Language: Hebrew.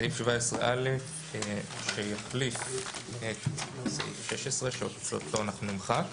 סעיף 17א שיחליף את סעיף 16 שאותו אנחנו נמחק.